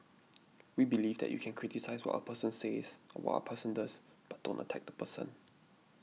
we believe that you can criticise what a person says or what a person does but don't attack the person